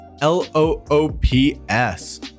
L-O-O-P-S